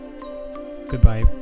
Goodbye